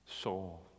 soul